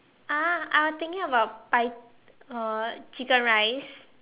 ah I was thinking about pie uh chicken rice